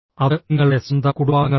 അത് നിങ്ങളുടെ സ്വന്തം കുടുംബാംഗങ്ങളാണ്